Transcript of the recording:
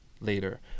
later